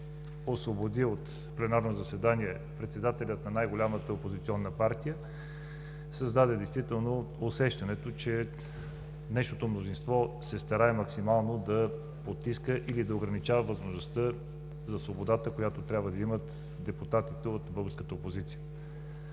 освободи от пленарно заседание председателя на най-голямата опозиционна партия, създаде действително усещането, че днешното мнозинство се старае максимално да потиска или да ограничава възможността за свободата, която трябва да имат депутатите от българската опозиция.